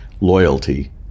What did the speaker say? loyalty